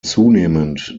zunehmend